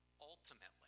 ultimately